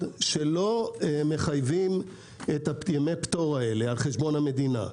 שלא מחייבים את ימי הפטור הללו על חשבון המדינה.